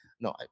no